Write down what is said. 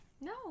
No